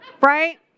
Right